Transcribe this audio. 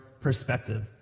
perspective